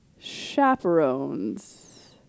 chaperones